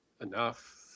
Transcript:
enough